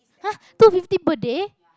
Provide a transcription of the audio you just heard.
[huh] two fifty per day